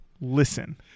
Listen